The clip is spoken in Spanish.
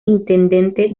intendente